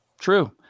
True